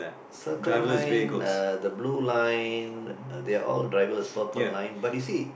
Circle Line uh the blue line uh they are all driverless purple line but you see